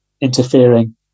interfering